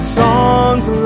songs